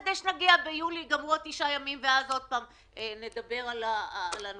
כדי לא שנגיע ליולי כשייגמרו תשעת ימים ונצטרך לדבר על זה.